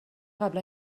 قبلا